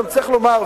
גם צריך לומר,